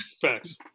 Facts